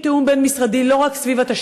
ותודה רבה על התשובה המפורטת בנושא